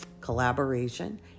collaboration